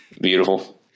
Beautiful